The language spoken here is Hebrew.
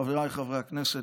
חבריי חברי הכנסת,